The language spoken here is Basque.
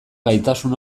gaitasun